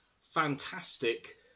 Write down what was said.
fantastic